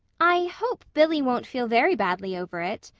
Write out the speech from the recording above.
i hope billy won't feel very badly over it,